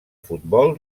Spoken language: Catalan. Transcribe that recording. futbol